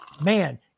Man